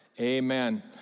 amen